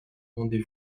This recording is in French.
rendez